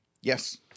Yes